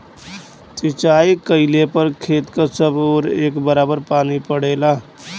सिंचाई कइले पर खेत क सब ओर एक बराबर पानी पड़ेला